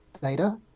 data